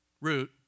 Root